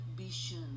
vision